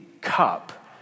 cup